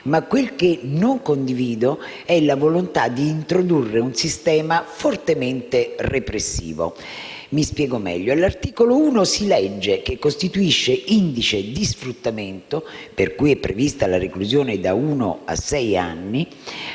ma quel che non condivido è la volontà di introdurre un sistema fortemente repressivo. Mi spiego meglio: all'articolo 1 si legge che costituisce indice di sfruttamento, per cui è prevista la reclusione da uno a sei anni,